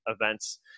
events